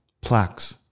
plaques